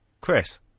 Chris